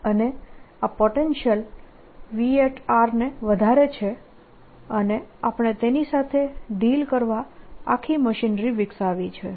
અને આ potential v ને વધારે છે અને આપણે તેની સાથે ડીલ કરવા આખી મશીનરી વિકસાવી છે